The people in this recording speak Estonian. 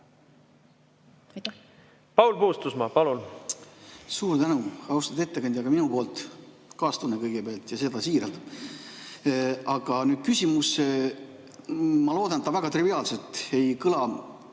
Paul Puustusmaa, palun! Suur tänu! Austatud ettekandja, ka minu poolt kaastunne kõigepealt, ja seda siiralt. Aga küsimus, ma loodan, et see väga triviaalselt ei kõla,